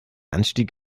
anstieg